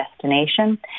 destination